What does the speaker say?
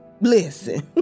Listen